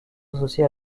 associée